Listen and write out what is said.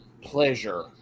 pleasure